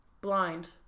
blind